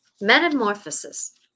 Metamorphosis